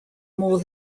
more